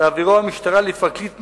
תעבירו המשטרה לפרקליט מחוז"